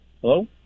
Hello